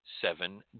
seven